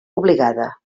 obligada